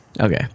Okay